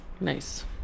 Nice